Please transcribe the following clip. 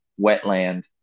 wetland